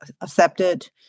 accepted